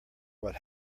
what